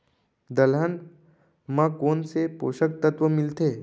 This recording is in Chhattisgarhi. दलहन म कोन से पोसक तत्व मिलथे?